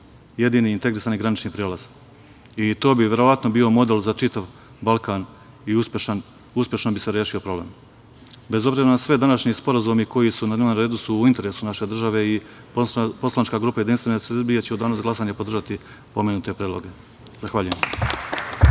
jedini integrisani granični prelaz. I to bi verovatno model za čitav Balkan i uspešno bi se rešio problem. Bez obzira na sve, današnji sporazumi koji su na dnevnom redu su u interesu naše države i poslanička grupa JS će u danu za glasanje podržati pomenute predloge. Hvala.